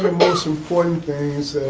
but most important things